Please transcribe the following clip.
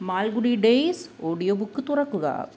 Malgudi Days audio book തുറക്കുക